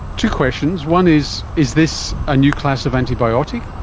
two questions. one, is is this a new class of antibiotic,